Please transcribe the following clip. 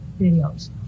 videos